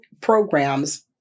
programs